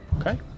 Okay